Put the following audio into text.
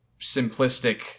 simplistic